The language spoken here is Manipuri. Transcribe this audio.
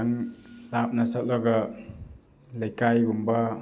ꯈꯤꯇꯪ ꯂꯥꯞꯅ ꯆꯠꯂꯒ ꯂꯩꯀꯥꯏꯒꯨꯝꯕ